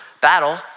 battle